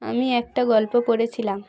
আমি একটা গল্প পড়েছিলাম